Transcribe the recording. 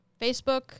Facebook